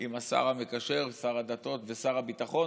עם השר המקשר, שר הדתות ושר הביטחון